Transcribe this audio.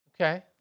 Okay